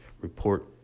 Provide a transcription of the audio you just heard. report